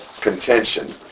contention